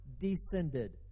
descended